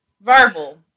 verbal